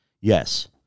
yes